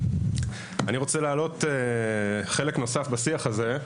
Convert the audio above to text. אני רוצה להעלות חלק נוסף בשיח הזה,